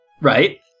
Right